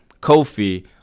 Kofi